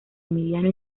emiliano